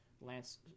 Lance